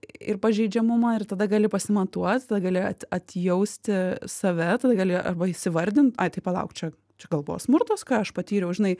ir pažeidžiamumą ir tada gali pasimatuot tada gali at atjausti save tada gali arba įsivardint ai tai palauk čia čia gal buvo smurtas ką aš patyriau žinai